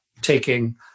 taking